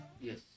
Yes